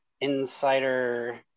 insider